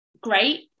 great